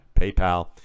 paypal